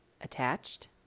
attached